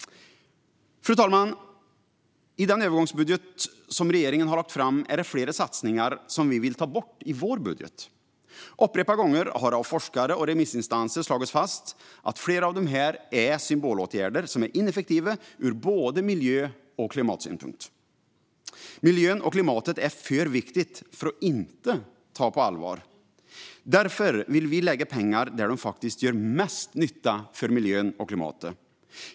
Fru talman! I den övergångsbudget som regeringen har lagt fram är det flera satsningar som vi vill ta bort i vår budget. Upprepade gånger har det av forskare och remissinstanser slagits fast att flera av dessa är symbolåtgärder som är ineffektiva ur både miljö och klimatsynpunkt. Miljön och klimatet är för viktigt för att inte ta på allvar. Därför vill vi lägga pengar där de faktiskt gör mest nytta för miljön och klimatet.